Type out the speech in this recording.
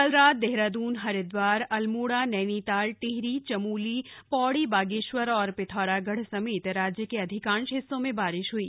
कल रात को देहरादून हरिद्वार अल्मोड़ा नैनीताल टिहरी चमोली पौड़ी बागेश्वर पिथौरागढ़ समेत राज्य के अधिकांश हिस्सों में बारिश हई